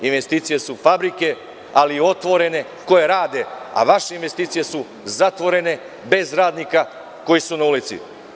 Investicije su fabrike, ali otvorene, koje rade, a vaše investicije su zatvorene, bez radnika koji su na ulici.